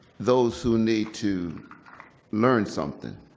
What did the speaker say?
those who need to learn something.